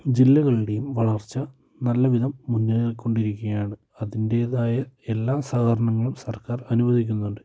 ജില്ലകളുടെയും വളർച്ച നല്ലവിധം മുന്നേറിക്കൊണ്ടിരിക്കുകയാണ് അതിൻ്റേതായ എല്ലാ സഹകരണങ്ങളും സർക്കാർ അനുവദിക്കുന്നുണ്ട്